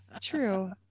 True